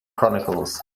chronicles